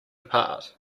apart